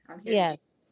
Yes